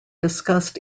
discussed